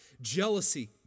jealousy